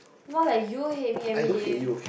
more like you hate me everyday